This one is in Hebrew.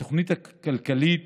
בתוכנית הכלכלית